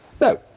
no